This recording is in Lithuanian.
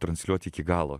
transliuot iki galo